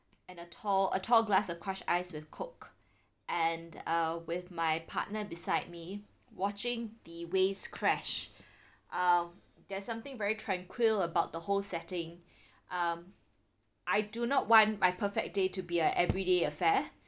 and a tall a tall glass of crushed ice with coke and uh with my partner beside me watching the waves crash uh there's something very tranquil about the whole setting um I do not want my perfect day to be a every day affair